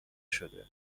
شده